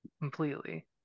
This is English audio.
completely